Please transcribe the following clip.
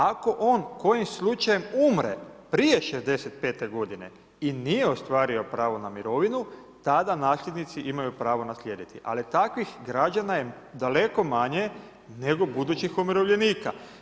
Ako on kojim slučajem umre prije 65 godine i nije ostvario pravo na mirovinu tada nasljednici imaju pravo naslijediti, ali takvih građana je daleko manje nego budućih umirovljenika.